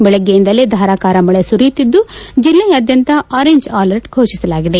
ಬೆಳಗ್ಗೆಯಿಂದಲೇ ಧಾರಾಕಾರ ಮಳೆ ಸುರಿಯುತ್ತಿದ್ದು ಜಿಲ್ಲೆಯಾದ್ಯಂತ ಆರೆಂಜ್ ಅಲರ್ಟ್ ಘೋಷಿಸಲಾಗಿದೆ